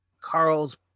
Carl's